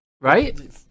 Right